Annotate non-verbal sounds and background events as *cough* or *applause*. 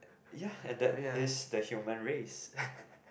ya and that is the human race *laughs*